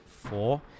Four